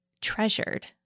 treasured